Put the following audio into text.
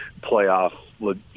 playoff